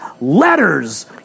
Letters